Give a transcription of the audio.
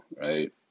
right